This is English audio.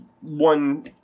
one